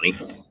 money